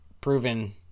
proven